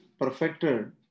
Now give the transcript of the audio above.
perfected